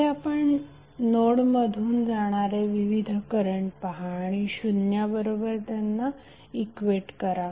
इथे आपण नोड मधून जाणारे विविध करंट पहा आणि त्यांना शुन्य बरोबर इक्वेट करा